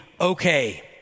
okay